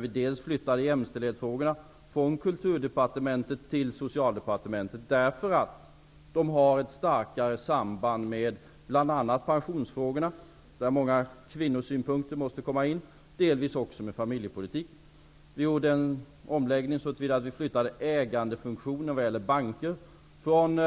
Vi flyttade jämställdhetsfrågorna från Jämställdhetsfrågorna har ett starkt samband med bl.a. pensionsfrågorna, där många kvinnosynpunkter måste komma in, och delvis också med familjepolitiken. Vi gjorde en omläggning så till vida att vi flyttade ägandefunktionen vad gäller banker från